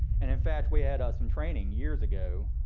and, in fact, we had ah some training years ago,